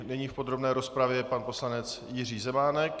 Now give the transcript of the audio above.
Nyní v podrobné rozpravě pan poslanec Jiří Zemánek.